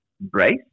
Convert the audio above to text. Brace